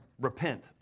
repent